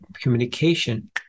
communication